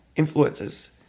Influences